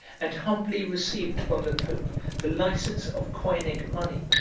and humbly received from the pope the license of coining money,